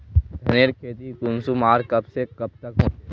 धानेर खेती कुंसम आर कब से कब तक होचे?